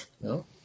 No